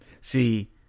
See